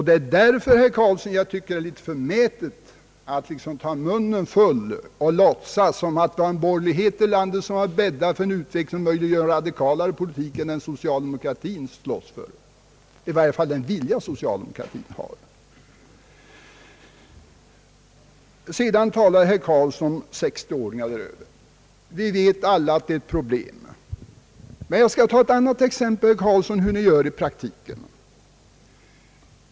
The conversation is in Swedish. Det är därför, herr Carlsson, som jag tycker det är litet förmätet att liksom ta munnen full och låtsas som om det var borgerligheten i landet som har bäddat för en utveckling, som möjliggör en radikalare politik än den som socialdemokratin slåss för, i varje fall den vilja som socialdemokratin har. Sedan talade herr Eric Carlsson om arbetare i 60-årsåldern och däröver. Vi vet alla att de utgör ett problem. Jag skall ta ett annat exempel, herr Eric Carlsson, på hur ni gör i praktiken.